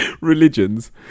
Religions